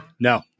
No